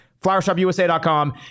FlowerShopUSA.com